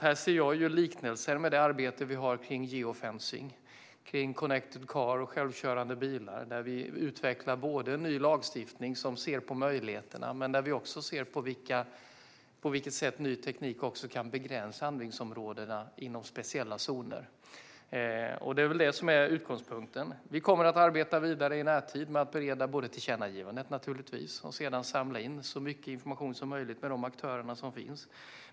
Här ser jag likheter med det arbete vi har med geofencing, connected car och självkörande bilar där vi utvecklar ny lagstiftning som ser möjligheterna men där vi också ser på vilket sätt ny teknik kan begränsa användningsområdena inom speciella zoner. Det är väl det som är utgångspunkten. Vi kommer att arbeta vidare i närtid med att naturligtvis bereda tillkännagivandet och sedan samla så mycket information som möjligt med de aktörer som finns.